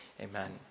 Amen